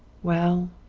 well,